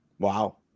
Wow